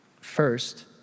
First